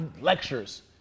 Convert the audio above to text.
lectures